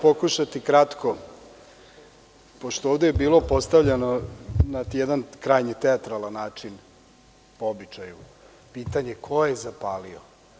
Pokušaću kratko, pošto je ovde postavljeno na jedan krajnje teatralan način, po običaju, pitanje - ko je zapalio?